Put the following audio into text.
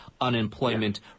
unemployment